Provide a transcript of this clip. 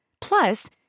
Plus